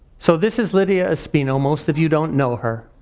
so this is lydia espeno, most of you don't know her.